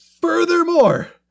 furthermore